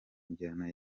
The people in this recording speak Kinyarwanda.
njyana